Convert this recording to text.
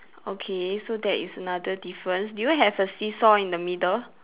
okay so that is another difference do you have a seesaw in the middle